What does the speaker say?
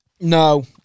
No